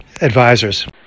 advisors